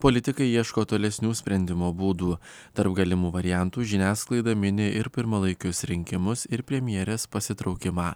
politikai ieško tolesnių sprendimo būdų tarp galimų variantų žiniasklaida mini ir pirmalaikius rinkimus ir premjerės pasitraukimą